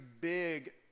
big